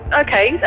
Okay